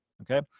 Okay